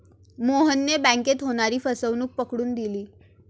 मोहनने बँकेत होणारी फसवणूक पकडून दिली